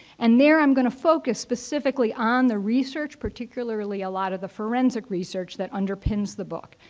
and there, i'm going to focus specifically on the research, particularly a lot of the forensic research that underpins the book.